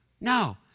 No